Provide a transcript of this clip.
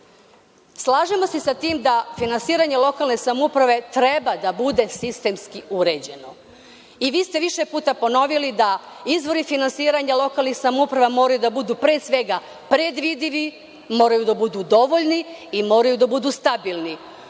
se sa tim da finansiranje lokalne samouprave treba da bude sistemski uređeno i vi ste više puta ponovili da izvori finansiranja lokalnih samouprava moraju da budu pre svega predvidivi, moraju da budu dovoljni i moraju da budu stabilni. To